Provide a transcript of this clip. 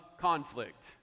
conflict